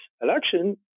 election